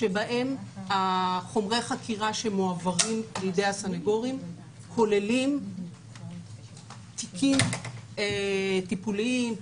שבה חומרי החקירה שמועברים לידי הסנגורים כוללים תיקים טיפוליים.